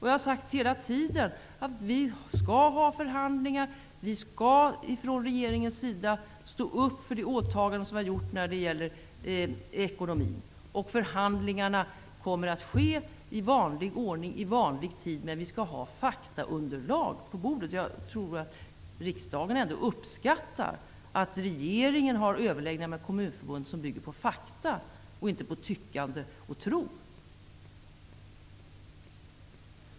Jag har hela tiden sagt att vi skall förhandla och att regeringen skall stå upp för de åtaganden som regeringen har gjort beträffande ekonomin. Förhandlingar kommer att ske i vanlig ordning och i vanlig tid, när vi har faktaunderlag på bordet. Riksdagen borde ändå uppskatta att regeringens överläggningar med Kommunförbundet bygger på fakta och inte på tyckande och tro.